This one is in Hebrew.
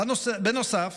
בנוסף,